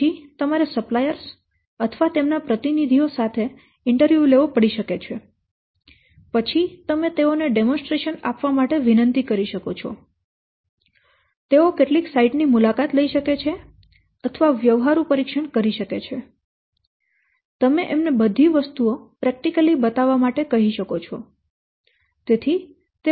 પછી તમારે સપ્લાયર્સ અથવા તેમના પ્રતિનિધિઓ સાથે ઇન્ટરવ્યુ લેવો પડી શકે છે પછી તમે તેઓને ડેમોન્સ્ટ્રેશન આપવા માટે વિનંતી કરી શકો છો તેઓ કેટલીક સાઇટ ની મુલાકાત લઇ શકે છે અથવા વ્યવહારુ પરીક્ષણ કરી શકે છે તમે એમને બધી વસ્તુઓ પ્રેક્ટિકલી બતાવવા માટે કહી શકો છો